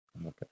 Okay